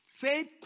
Faith